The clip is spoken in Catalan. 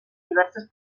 diverses